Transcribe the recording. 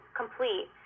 complete